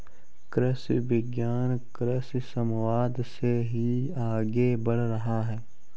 कृषि विज्ञान कृषि समवाद से ही आगे बढ़ रहा है